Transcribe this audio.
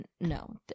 no